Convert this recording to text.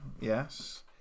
yes